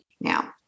now